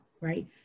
right